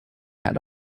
had